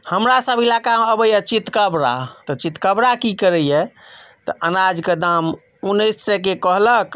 हमरासभ इलाकामे अबैए चितकबरा तऽ चितकबरा की करैए तऽ अनाजके दाम उन्नैस टके कहलक